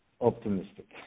optimistic